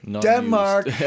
Denmark